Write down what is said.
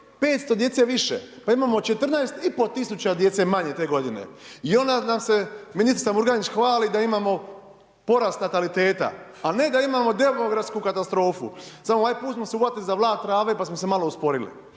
500 djece više, pa imamo 14,5 tisuća djece manje te godine i onda nam se ministrica Murganić hvali da imamo porast nataliteta, a ne da imamo demografsku katastrofu. Samo ovaj put smo se uhvatili za vlat trave, pa smo se malo usporili.